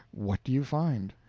what do you find?